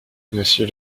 monsieur